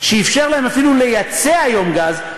שאִפשר להם אפילו לייצא היום גז,